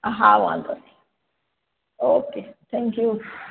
હા વાંધો નહીં ઓકે થેન્ક યૂ